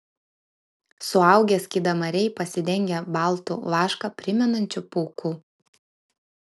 suaugę skydamariai pasidengę baltu vašką primenančiu pūku